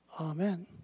Amen